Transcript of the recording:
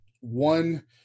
one